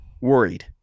worried